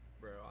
Bro